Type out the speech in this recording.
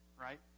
right